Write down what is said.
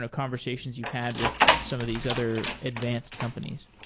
ah conversations you've had with some of these other advanced companies